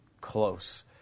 close